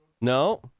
No